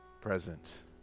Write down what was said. present